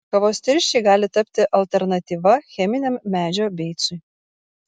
kavos tirščiai gali tapti alternatyva cheminiam medžio beicui